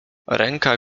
ręka